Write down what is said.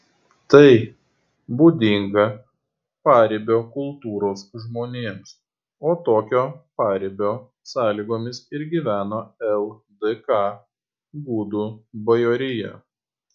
tai būdinga paribio kultūros žmonėms o tokio paribio sąlygomis ir gyveno ldk gudų bajorija